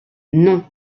non